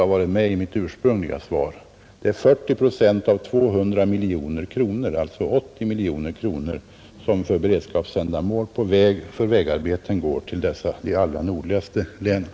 Jag inskränker mig nu till att säga att det är 40 procent av 200 miljoner kronor, alltså 80 miljoner kronor, som för beredskapsändamål i fråga om vägarbeten går till dessa de allra nordligaste länen.